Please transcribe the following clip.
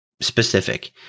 specific